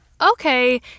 okay